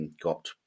got